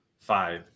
five